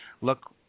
look